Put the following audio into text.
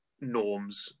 norms